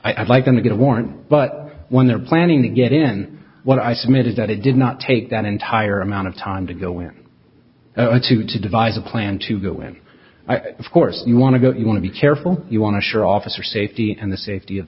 i'd like them to get a warrant but when they're planning to get in what i submitted that it did not take that entire amount of time to go in a two to devise a plan to go in of course you want to go you want to be careful you want to sure officer safety and the safety of